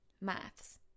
Maths